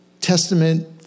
Testament